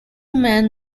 men